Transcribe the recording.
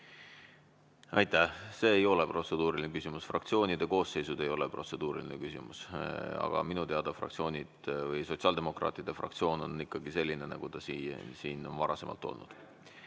Aitäh! See ei ole protseduuriline küsimus. Fraktsioonide koosseisud ei ole protseduuriline küsimus. Aga minu teada sotsiaaldemokraatide fraktsioon on ikkagi selline, nagu ta on varasemalt olnud.